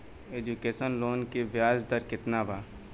Education loan के ब्याज दर केतना बा?